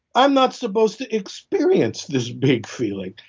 i'm not supposed to experience this big feeling.